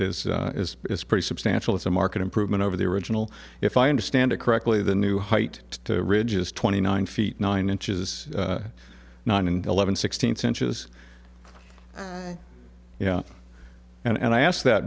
is is is pretty substantial it's a market improvement over the original if i understand it correctly the new height ridge is twenty nine feet nine inches nine and eleven sixteenth's inches yeah and i asked that